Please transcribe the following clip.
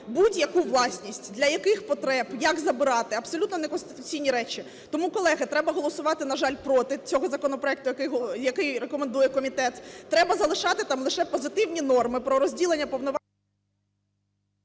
будь-яку власність. Для яких потреб? Як забирати? Абсолютно неконституційні речі. Тому, колеги, треба голосувати, на жаль, проти цього законопроекту, який рекомендує комітет. Треба залишати там лише позитивні норми – про розділення повноважень…